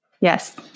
yes